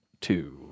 two